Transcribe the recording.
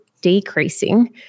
decreasing